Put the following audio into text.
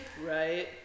Right